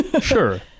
sure